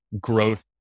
Growth